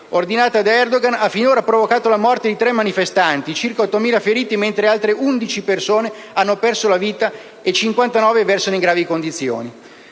ordinata da Erdogan ha finora provocato la morte di 3 manifestanti e circa 8.000 feriti, mentre altre 11 persone hanno perso la vita e 59 versano in gravi condizioni?